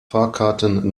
fahrkarten